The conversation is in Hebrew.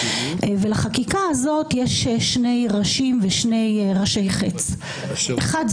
לחקיקה הזאת יש שני ראשים ושני ראשי חץ: האחד,